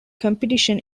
competition